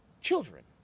children